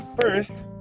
first